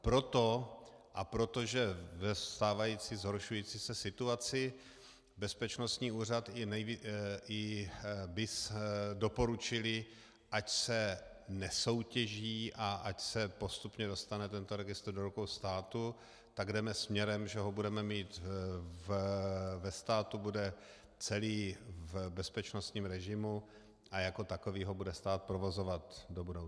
Proto a protože ve stávající zhoršující se situaci bezpečnostní úřad i BIS doporučily, ať se nesoutěží a ať se postupně dostane tento registr do rukou státu, tak jdeme směrem, že ho budeme mít, ve státu bude celý v bezpečnostním režimu a jako takový ho bude stát provozovat do budoucna.